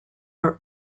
are